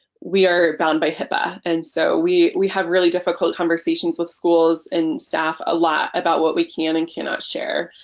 we are bound by hipaa and so we we have really difficult conversations with schools and staff a lot about what we can and cannot share.